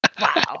Wow